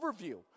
overview